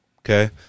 Okay